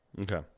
Okay